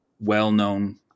well-known